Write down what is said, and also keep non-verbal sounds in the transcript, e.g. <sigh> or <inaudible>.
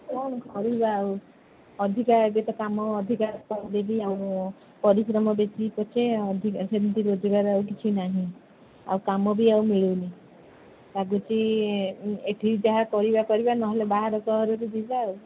କ'ଣ କରିବା ଆଉ ଅଧିକା ଏବେ ତ କାମ ଅଧିକା ତ <unintelligible> ଆଉ ପରିଶ୍ରମ ବେଶୀ ପଛେ ଅଧିକ ସେମତି ରୋଜଗାର ଆଉ କିଛି ନାହିଁ ଆଉ କାମ ବି ଆଉ ମିଳୁନି ଭାବୁଛି ଏଠି ଯାହା କରିବା କରିବା ନହେଲେ ବାହାର ସହରକୁ ଯିବା ଆଉ